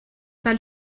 pas